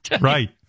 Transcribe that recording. right